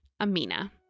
Amina